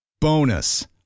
Bonus